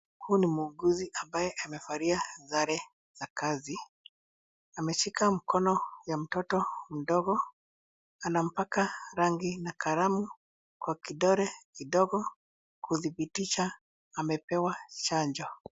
Huyu ni muuguzi ambaye amevalia sare za kazi. Ameshika mkono ya mtoto mdogo. Anampaka rangi na kalamu kwa kidole kidogo kuthibitisha amepewa chanjo.